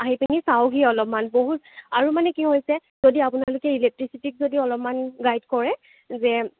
আহিপেনি চাওকহি অলপমাণ বহুত আৰু মানে কি হৈছে যদি আপোনালোকে ইলেক্ট্ৰিচিটিক যদি অলপমাণ গাইদ কৰে যে